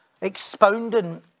expounding